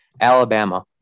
Alabama